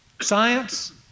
science